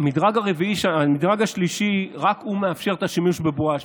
המדרג השלישי, רק הוא מאפשר את השימוש בבואש.